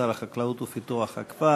שר החקלאות ופיתוח הכפר,